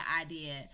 idea